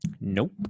nope